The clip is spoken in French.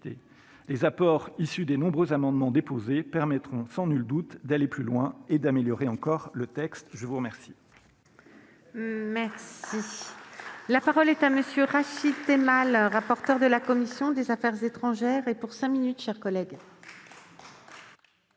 Les apports issus des nombreux amendements déposés permettront sans nul doute d'aller plus loin et d'améliorer encore le texte. Très bien